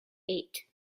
eight